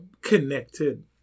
connected